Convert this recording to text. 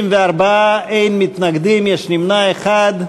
34, אין מתנגדים, יש נמנע אחד.